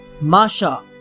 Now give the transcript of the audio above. Masha